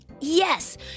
Yes